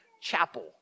chapel